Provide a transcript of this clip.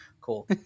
cool